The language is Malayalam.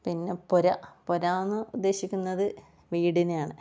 പിന്നെ പൊര പൊരാന്ന് ഉദ്ദേശിക്കുന്നത് വീടിനെയാണ്